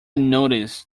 noticed